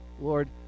Lord